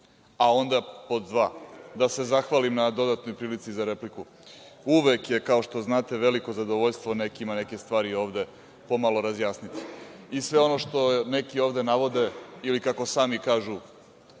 temama. Pod dva, želim da se zahvalim na dodatnoj prilici za repliku. Uvek je, kao što znate, veliko zadovoljstvo nekima neke stvari ovde pomalo razjasniti. Sve ovo što neki ovde navode ili kako sami kažu